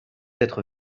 être